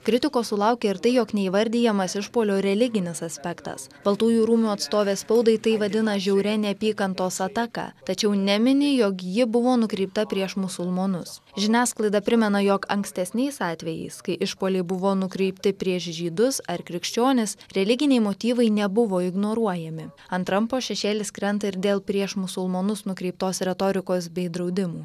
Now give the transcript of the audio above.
kritikos sulaukė ir tai jog neįvardijamas išpuolio religinis aspektas baltųjų rūmų atstovė spaudai tai vadina žiauria neapykantos ataka tačiau nemini jog ji buvo nukreipta prieš musulmonus žiniasklaida primena jog ankstesniais atvejais kai išpuoliai buvo nukreipti prieš žydus ar krikščionis religiniai motyvai nebuvo ignoruojami ant trampo šešėlis krenta ir dėl prieš musulmonus nukreiptos retorikos bei draudimų